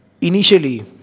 initially